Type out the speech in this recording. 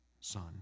Son